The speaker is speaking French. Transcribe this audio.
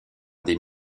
des